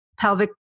pelvic